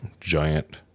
giant